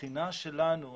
הבחינה שלנו,